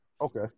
okay